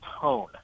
tone